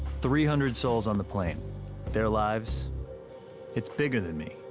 three hundred souls on the plane their lives it's bigger than me.